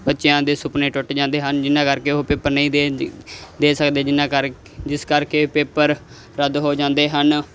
ਬੱਚਿਆਂ ਦੇ ਸੁਪਨੇ ਟੁੱਟ ਜਾਂਦੇ ਹਨ ਜਿਹਨਾਂ ਕਰਕੇ ਉਹ ਪੇਪਰ ਨਹੀਂ ਦੇ ਦੇ ਸਕਦੇ ਜਿਹਨਾਂ ਕਰਕੇ ਜਿਸ ਕਰਕੇ ਪੇਪਰ ਰੱਦ ਹੋ ਜਾਂਦੇ ਹਨ